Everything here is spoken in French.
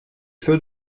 feux